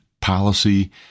policy